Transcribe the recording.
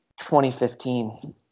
2015